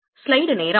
r